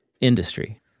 industry